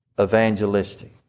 evangelistic